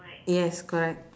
yes correct